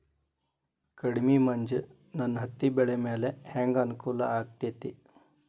ಕಡಮಿ ಮಂಜ್ ನನ್ ಹತ್ತಿಬೆಳಿ ಮ್ಯಾಲೆ ಹೆಂಗ್ ಅನಾನುಕೂಲ ಆಗ್ತೆತಿ?